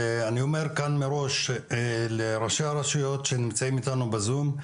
ואני אומר כאן מראש לראשי הרשויות שנמצאים איתנו בזום,